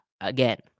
again